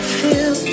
feel